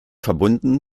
verbunden